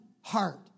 heart